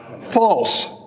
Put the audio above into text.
False